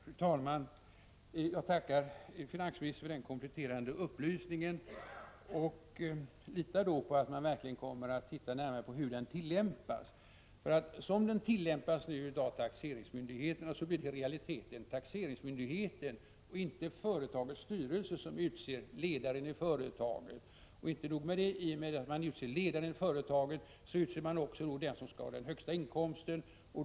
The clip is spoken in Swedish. Fru talman! Jag tackar finansministern för denna kompletterande upplysning. Jag litar då på att företagsskattekommittén verkligen kommer att titta närmare på hur lagstiftningen tillämpas. Som den i dag tillämpas av taxeringsmyndigheterna blir det i realiteten taxeringsmyndigheten och inte företagets styrelse som utser ledaren i företaget. Men det är inte nog med detta — i och med att taxeringsnämnden utser ledaren i företaget utser man också den som skall ha den högsta inkomsten.